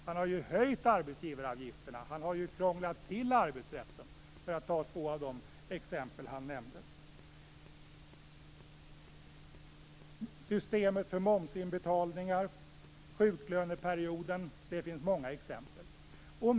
Han har ju höjt arbetsgivaravgifterna, han har ju krånglat till arbetsrätten, för att ta två av de exempel han nämnde. Dessutom har vi systemet för momsinbetalningar, sjuklöneperioden - det finns många exempel.